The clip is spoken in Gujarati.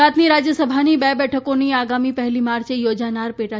ગુજરાતની રાજયસભાની બે બેઠકોની આગામી પહેલી માર્ચે યોજાનારી પેટા